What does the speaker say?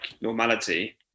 normality